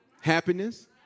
happiness